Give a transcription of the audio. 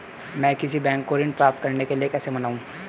मैं किसी बैंक को ऋण प्राप्त करने के लिए कैसे मनाऊं?